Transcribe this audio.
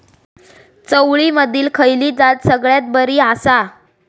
चवळीमधली खयली जात सगळ्यात बरी आसा?